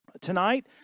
Tonight